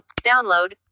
download